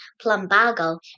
plumbago